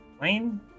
lane